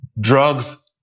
drugs